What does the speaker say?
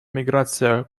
миграция